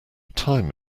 time